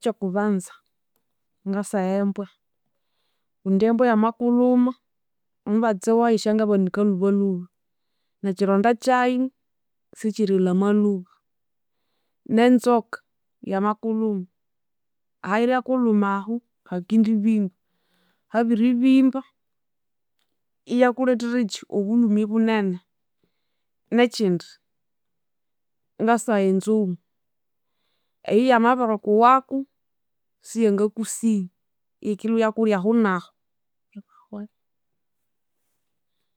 Ekyokubanza ngasagha embwa kundi embwa yamakulhuma omubatsi wayu syangabanika lhubalhuba nekyironda kyayu sikyirilhama lhuba. Nenzoka yamakulhuma ahayirya kulhuma ahu hakendibimba habiribimba, iyakulhethera ekyi obulhumi bunene. Nekyindi ngasagha enzoghu eyu yamabirikuwaku siyangakusiya iyikilhwa iyakulya ahunahu